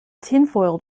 tinfoil